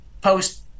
post